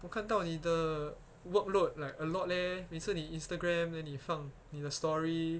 我看到你的 workload like a lot leh 你每次你 instagram then 你放你的 story